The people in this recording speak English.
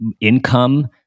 income